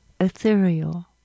ethereal